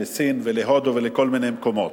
לסין ולהודו ולכל מיני מקומות.